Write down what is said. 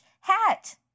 hat